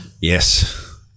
Yes